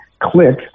click